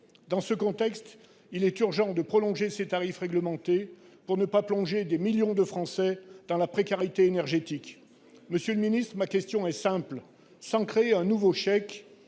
Dans ce contexte, il est urgent de prolonger ces tarifs réglementés pour ne pas plonger des millions de Français dans la précarité énergétique. Monsieur le ministre, ma question est simple : sans créer un nouveau « chèque